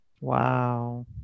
Wow